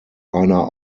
einer